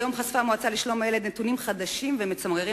היום חשפה המועצה לשלום הילד נתונים חדשים ומצמררים